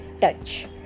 touch